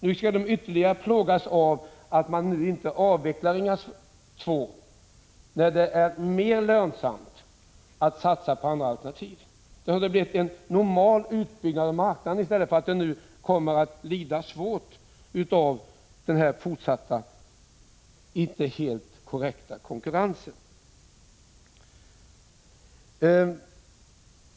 Nu skall de ytterligare plågas av att man inte avvecklar Ringhals 2, när det är mera lönsamt att satsa på andra alternativ. Hade man avvecklat Ringhals 2, hade Prot. 1985/86:110 en normal utbyggnad av marknaden kunnat äga rum. Nu kommer den i 7 april 1986 stället att lida svårt av den här inte helt korrekta konkurrensen.